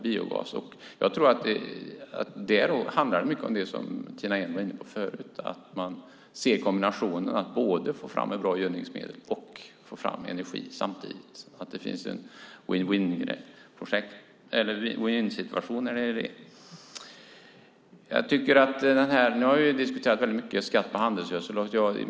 Det handlar mycket om det som Tina Ehn var inne på förut, det vill säga att se kombinationen att få fram bra gödningsmedel och energi samtidigt. Det blir en vinn-vinn-situation. Nu har vi diskuterat skatt på handelsgödsel.